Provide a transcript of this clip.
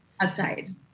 Outside